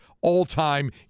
all-time